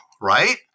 right